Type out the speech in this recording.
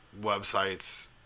websites